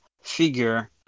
figure